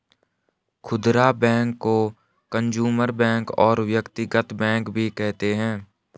खुदरा बैंक को consumer bank और व्यक्तिगत बैंक भी कहते हैं